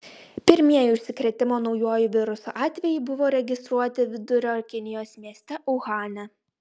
pirmieji užsikrėtimo nauju virusu atvejai buvo registruoti vidurio kinijos mieste uhane